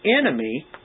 enemy